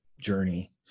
journey